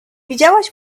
widziałaś